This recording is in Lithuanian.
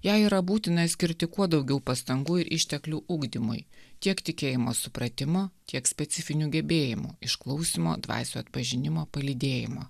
jai yra būtina skirti kuo daugiau pastangų ir išteklių ugdymui tiek tikėjimo supratimo tiek specifinių gebėjimų išklausymo dvasių atpažinimo palydėjimo